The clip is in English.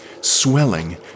swelling